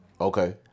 Okay